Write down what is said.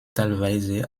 teilweise